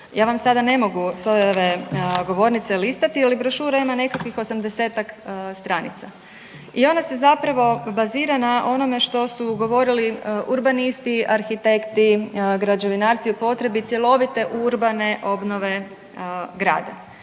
Ja vam sada ne mogu s ove govornice listati je li brošura ima nekakvih 80-tak stranica. I ona se zapravo bazira na onome što su govorili urbanisti, arhitekti, građevinarci o potrebi cjelovite urbane obnove grada.